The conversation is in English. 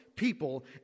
people